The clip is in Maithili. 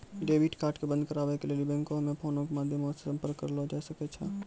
डेबिट कार्ड के बंद कराबै के लेली बैंको मे फोनो के माध्यमो से संपर्क करलो जाय सकै छै